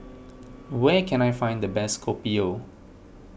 where can I find the best Kopi O